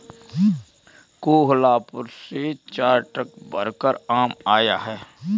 कोहलापुर से चार ट्रक भरकर आम आया है